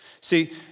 See